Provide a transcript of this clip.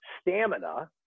stamina